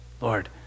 Lord